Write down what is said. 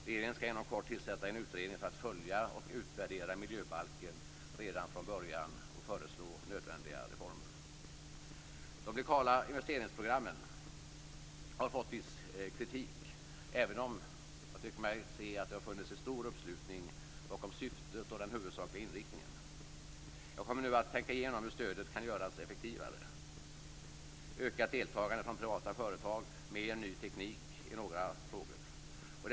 Regeringen skall inom kort tillsätta en utredning för att redan från början följa och utvärdera miljöbaken samt föreslå nödvändiga reformer. De lokala investeringsprogrammen har fått viss kritik, även om jag tycker mig se att det har funnits en stor uppslutning bakom syftet och den huvudsakliga inriktningen. Jag kommer nu att tänka igenom hur stödet kan göras effektivare. Ökat deltagande från privata företag och ny teknik är några frågor.